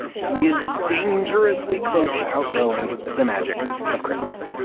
he is dangerously close to outgrowing the magic of christmas.